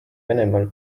venemaal